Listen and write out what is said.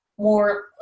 more